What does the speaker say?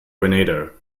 grenada